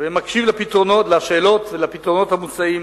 ומקשיב לשאלות ולפתרונות המוצעים